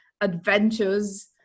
adventures